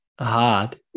hard